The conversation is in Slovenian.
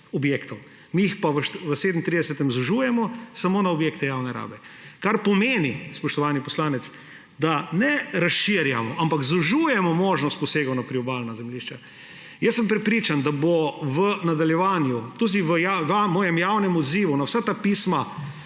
objektov, mi jih pa v 37. zožujemo samo na objekte javne rabe, kar pomeni, spoštovani poslanec, da ne razširjamo, ampak zožujemo možnost posegov na priobalna zemljišča. Jaz sem prepričan, da bo v nadaljevanju, v mojem javnem odzivu na vsa pisma